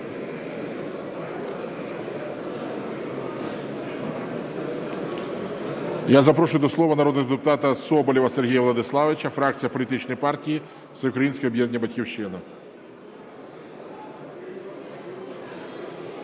Я запрошую до слова народного депутата Соболєва Сергія Владиславовича, фракція політичної партії "Всеукраїнське об'єднання "Батьківщина".